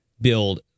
build